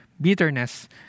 bitterness